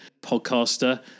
podcaster